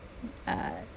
uh